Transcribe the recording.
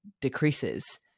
decreases